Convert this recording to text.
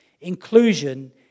Inclusion